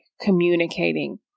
Communicating